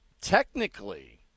Technically